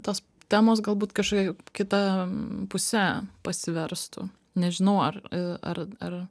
tos temos galbūt kažkaip kita puse pasiverstų nežinau ar ar ar